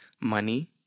money